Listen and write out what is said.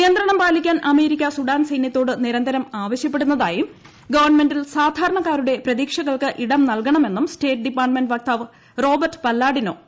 നിയന്ത്രണം പാലിക്കാൻ America Sudan സൈന്യത്തോട് നിരന്തരം ആവശ്യപ്പെടുന്നതായും ഗവൺമെന്റിൽ നൽകണമെന്നും സാധാരണക്കാരുടെ പ്രതീക്ഷകൾക്ക് ൌഇട്ട് സ്റ്റേറ്റ് ഡിപ്പാർട്ട്മെന്റ് വക്താവ് റ്റോബ്പർട്ട് ്പല്ലാഡിനോ പറഞ്ഞു